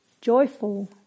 joyful